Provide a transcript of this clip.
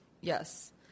yes